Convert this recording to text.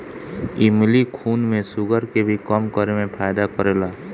इमली खून में शुगर के भी कम करे में फायदा करेला